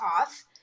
off